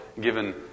given